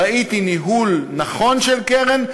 ראיתי ניהול נכון של קרן,